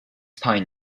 pine